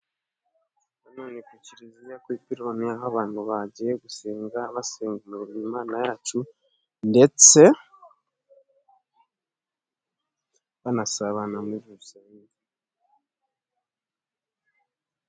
Aha ni ku kiliziya ku i pironi aho abantu bagiye gusenga basenga Imana yacu ndetse banasabana muri rusange.